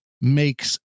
makes